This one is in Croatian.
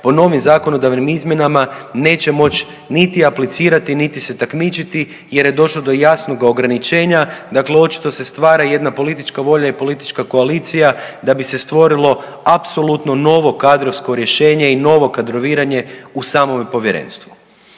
po novim zakonodavnim izmjenama neće moći niti aplicirati, niti se takmičiti jer je došlo do jasnoga ograničenja. Dakle, očito se stvara jedna politička volja i politička koalicija da bi se stvorilo apsolutno novo kadrovsko rješenje i novo kadroviranje u samome povjerenstvu.